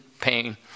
pain